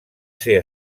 ser